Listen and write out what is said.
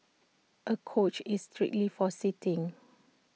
A couch is strictly for sitting